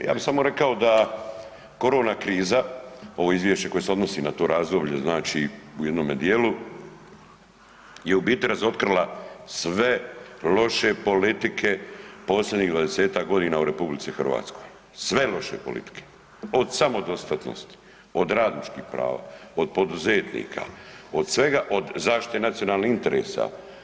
Ja bih samo rekao da korona kriza, ovo izvješće koje se odnosi na to razdoblje u jednome dijelu je u biti razotkrila sve loše politike posljednjih dvadesetak godina u RH, sve loše politike, od samodostatnosti, od radničkih prava, od poduzetnika, od svega od zaštite nacionalnih interesa.